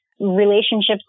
relationships